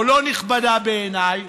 או לא נכבדה, בעיניי,